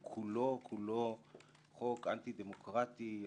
כולו חוק אנטי דמוקרטי,